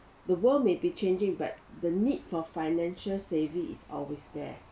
the world may be changing but the need for financial savvy is always there